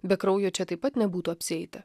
be kraujo čia taip pat nebūtų apsieita